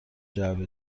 جعبه